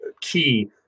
key